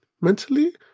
mentally